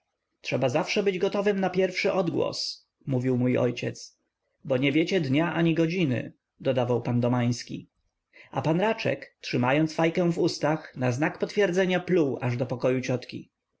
trzeba być zawsze gotowym na pierwszy odgłos mówił mój ojciec bo nie wiecie dnia ani godziny dodawał pan domański a pan raczek trzymając fajkę w ustach na znak potwierdzenia pluł aż do pokoju ciotki